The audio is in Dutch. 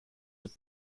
het